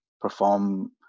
perform